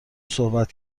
صحبت